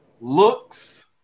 Looks